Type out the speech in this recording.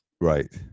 right